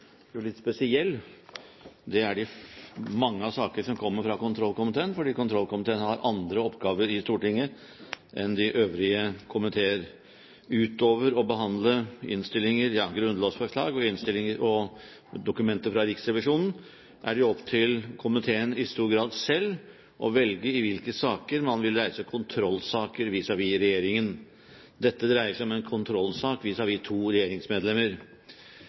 litt spesiell. Det er mange av sakene som kommer fra kontrollkomiteen, fordi kontrollkomiteen har andre oppgaver i Stortinget enn de øvrige komiteer. Utover å behandle grunnlovsforslag og innstillinger og dokumenter fra Riksrevisjonen er det i stor grad opp til komiteen selv å velge i hvilke saker man vil reise kontrollsaker vis-à-vis regjeringen. Dette dreier seg om en kontrollsak vis-à-vis to regjeringsmedlemmer.